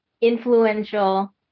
influential